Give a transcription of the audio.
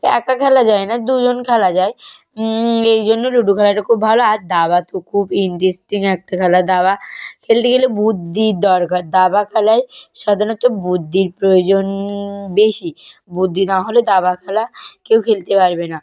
একা খেলা যায় না দুজন খেলা যায় এই জন্য লুডো খেলাটা খুব ভালো আর দাবা তো খুব ইন্টারেস্টিং একটা খেলা দাবা খেলতে গেলে বুদ্ধির দরকার দাবা খেলায় সাধারণত বুদ্ধির প্রয়োজন বেশি বুদ্ধি না হলে দাবা খেলা কেউ খেলতে পারবে না